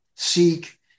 seek